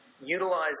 utilize